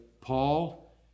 Paul